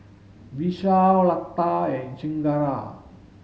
Vishal Lata and Chengara